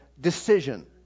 decision